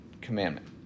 commandment